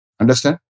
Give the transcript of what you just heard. Understand